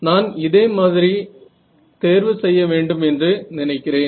நான் இதே மாதிரி தேர்வு செய்ய வேண்டும் என்று நினைக்கிறேன்